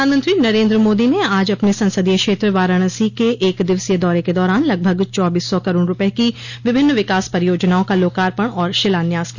प्रधानमंत्री नरेन्द्र मोदी ने आज अपने संसदीय क्षेत्र वाराणसी के एक दिवसीय दौरे के दौरान लगभग चौबीस सौ करोड़ रूपये की विभिन्न विकास परियोजनाओं का लोकार्पण और शिलान्यास किया